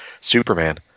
Superman